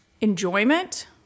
enjoyment